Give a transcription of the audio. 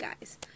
guys